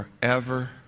forever